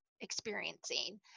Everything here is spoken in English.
experiencing